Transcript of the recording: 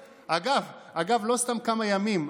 אגב, לא סתם כמה ימים.